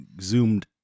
zoomed